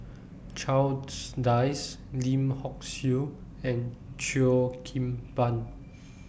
Charles Dyce Lim Hock Siew and Cheo Kim Ban